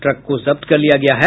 truck को जब्त कर लिया गया है